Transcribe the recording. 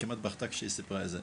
היא כמעט בכתה כשהיא סיפרה לי את זה.